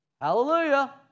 Hallelujah